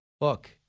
Look